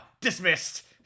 Dismissed